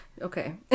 Okay